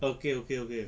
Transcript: okay okay okay